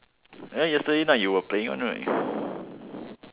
that one yesterday night you were playing one right